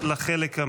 קארין אלהרר,